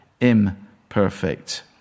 imperfect